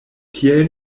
tiel